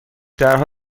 درها